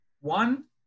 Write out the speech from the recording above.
one